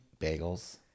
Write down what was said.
bagels